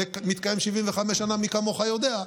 זה מתקיים 75 שנה, מי כמוך יודע,